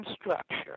structure